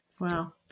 Wow